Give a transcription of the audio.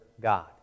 God